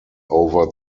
over